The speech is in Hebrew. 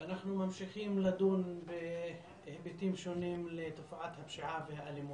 ואנחנו ממשיכים לדון בהיבטים שונים לתופעת הפשיעה והאלימות.